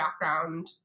background